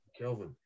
Kelvin